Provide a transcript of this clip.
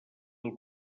del